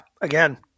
again